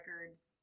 records